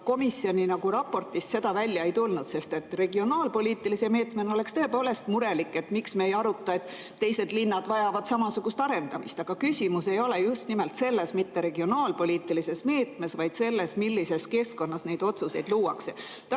komisjoni raportist seda välja ei tulnud. Regionaalpoliitilisest meetmest rääkides oleksin tõepoolest murelik, miks me ei aruta seda, et teised linnad vajavad samasugust arendamist. Aga küsimus ei ole just nimelt mitte regionaalpoliitilises meetmes, vaid selles, millises keskkonnas neid otsuseid luuakse.